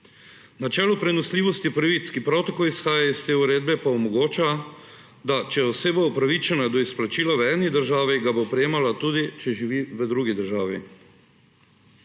Načelo prenosljivosti pravic, ki prav tako izhajajo iz te uredbe, pa omogoča, da če je oseba upravičena do izplačila v eni državi, ga bo prejemala tudi, če živi v drugi državi.